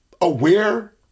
aware